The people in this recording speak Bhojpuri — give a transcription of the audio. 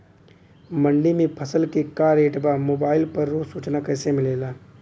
मंडी में फसल के का रेट बा मोबाइल पर रोज सूचना कैसे मिलेला?